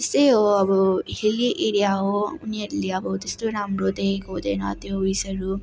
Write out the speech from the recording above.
त्यस्तै हो अब हिल्ली एरिया हो उनीहरूले अब त्यस्तो राम्रो देखेको हुँदैन त्यो उइसहरू